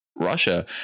Russia